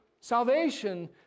salvation